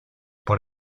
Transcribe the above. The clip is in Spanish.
por